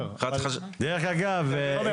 דרך אגב,